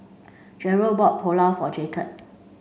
Jerrell bought Pulao for Jacob